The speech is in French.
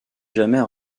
jamais